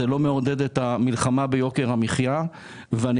זה לא מעודד את המלחמה ביוקר המחיה ואני